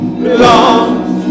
belongs